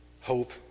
Hope